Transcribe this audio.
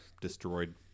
destroyed